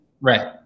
Right